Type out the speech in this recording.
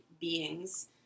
beings